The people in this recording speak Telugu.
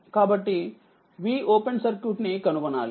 కాబట్టి Voc ని కనుగొనాలి